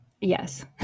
Yes